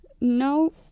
No